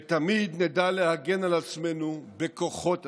ותמיד נדע להגן על עצמנו בכוחות עצמנו,